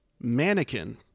mannequin